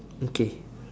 okay